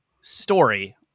story